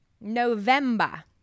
November